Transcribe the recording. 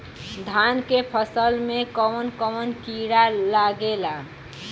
धान के फसल मे कवन कवन कीड़ा लागेला?